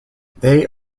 they